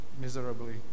miserably